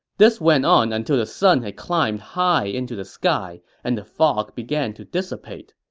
this went on until the sun had climbed high into the sky and the fog began to dissipate.